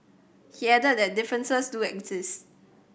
he added that differences do exist